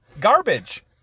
Garbage